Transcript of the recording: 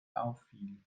auffiel